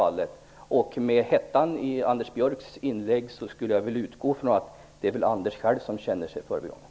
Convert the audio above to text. Av hettan i Anders Björcks inlägg skulle jag vilja dra slutsatsen att det väl är han själv som känner sig förbigången.